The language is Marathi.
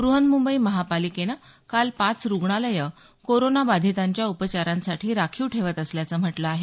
ब्रहण मुंबई महापालिकेनं काल पाच रुग्णालयं कोरोनाबाधीतांच्या उपचारांसाठी राखीव ठेवत असल्याचं म्हटलं आहे